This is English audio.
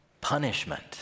punishment